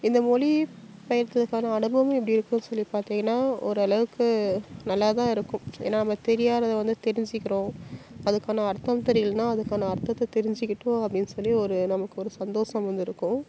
இந்த மொழி பெயர்தலுக்கான அனுபவம் எப்படி இருக்குன்னு சொல்லி பார்த்திங்கனா ஓரளவுக்கு நல்லா தான் இருக்கும் ஏன்னா நமக்கு தெரியாததை வந்து தெரிஞ்சுக்கிறோம் அதுக்கான அர்த்தம் தெரியலன அதுக்கான அர்த்தத்தை தெரிஞ்சுக்கிட்டோம் அப்படின்னு சொல்லி ஒரு நமக்கு ஒரு சந்தோசம் வந்து இருக்கும்